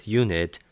unit